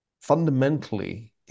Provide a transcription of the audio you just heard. fundamentally